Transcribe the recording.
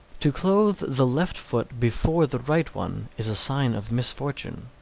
to clothe the left foot before the right one is a sign of misfortune.